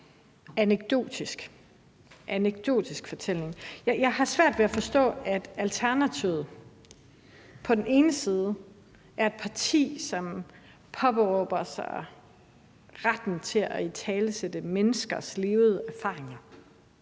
Jeg har svært ved at forstå, at Alternativet på den ene side er et parti, som påberåber sig retten til at italesætte menneskers levede erfaringer.